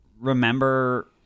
remember